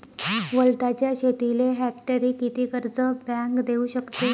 वलताच्या शेतीले हेक्टरी किती कर्ज बँक देऊ शकते?